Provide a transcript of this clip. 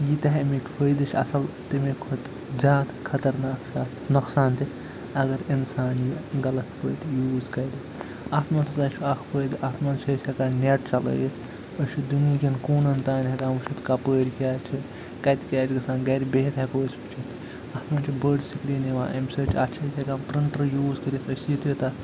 ییٖتاہ اَمِکۍ فٲیدٕ چھِ اَصٕل تیٚمہِ کھۄتہٕ زیادٕ خطرناک اتھ نۄقصان تہِ اگر اِنسان یہِ غلط پٲٹھۍ یوٗز کَرِ اتھ منٛز اکھ فٲیدٕ اتھ منٛز چھِ ہٮ۪کان نٮ۪ٹ چَلٲیِتھ أسۍ چھِ دُنہِکٮ۪ن کوٗنن تانۍ ہٮ۪کان وٕچھتھ کَپٲرۍ کیٛاہ چھِ کَتہِ کیٛاہ چھُ گَژھان گَرِ بِہتھ ہٮ۪کو أسۍ وٕچتھ اتھ منٛز چھِ بٔڑۍ سِکریٖن یِوان اَمہِ سۭتۍ اتھ چھِ أسۍ ہٮ۪کان پٕٕرٛنٛٹر یوٗز کٔرِتھ أسۍ یہِ تہِ تتھ